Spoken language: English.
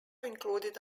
included